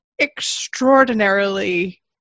extraordinarily